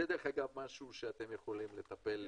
זה משהו שאתם יכולים לטפל בו.